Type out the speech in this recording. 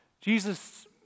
Jesus